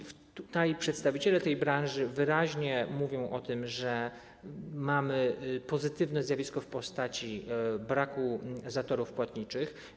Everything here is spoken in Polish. I tutaj przedstawiciele tej branży wyraźnie mówią o tym, że mamy pozytywne zjawisko w postaci braku zatorów płatniczych.